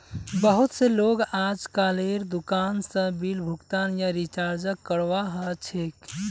बहुत स लोग अजकालेर दुकान स बिल भुगतान या रीचार्जक करवा ह छेक